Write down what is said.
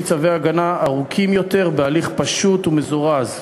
צווי הגנה לתקופות ארוכות יותר בהליך פשוט ומזורז.